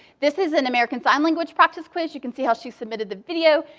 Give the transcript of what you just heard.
this is an american sign language practice quiz. you can see how she submitted the video,